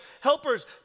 Helpers